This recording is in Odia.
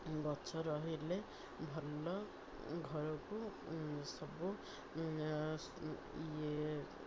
ଗଛ ରହିଲେ ଭଲ ଘରକୁ ସବୁ ଇଏ